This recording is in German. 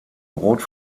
rot